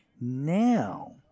Now